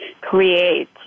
create